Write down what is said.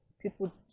people